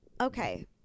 okay